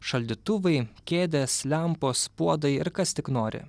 šaldytuvai kėdės lempos puodai ir kas tik nori